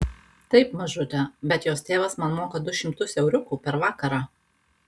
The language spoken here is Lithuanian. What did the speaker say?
taip mažute bet jos tėvas man moka du šimtus euriukų per vakarą